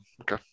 Okay